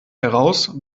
heraus